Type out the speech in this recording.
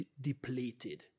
depleted